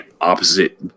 opposite